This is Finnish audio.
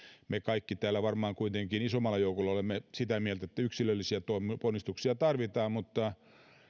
me kaikki täällä varmaan kuitenkin isommalla joukolla olemme sitä mieltä että yksilöllisiä ponnistuksia tarvitaan mutta